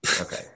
Okay